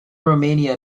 romania